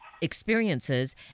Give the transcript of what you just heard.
Experiences